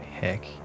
heck